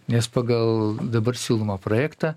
nes pagal dabar siūlomą projektą